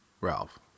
ralph